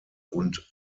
und